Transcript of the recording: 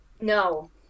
No